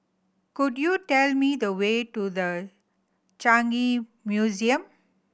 could you tell me the way to The Changi Museum